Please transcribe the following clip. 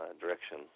direction